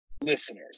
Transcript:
listeners